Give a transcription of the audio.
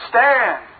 Stand